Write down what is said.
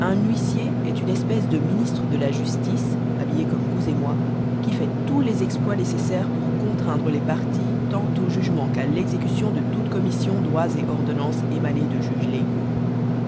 un huissier est une espèce de ministre de la justice habillé comme vous et moi qui fait tous les exploits nécessaires pour contraindre les parties tant au jugement qu'à l'exécution de toutes commissions droits et ordonnances émanés de juges légaux